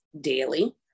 daily